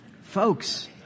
Folks